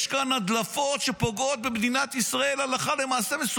יש כאן הדלפות מסוכנות ביותר שפוגעות במדינת ישראל הלכה למעשה.